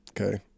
Okay